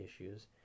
issues